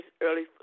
early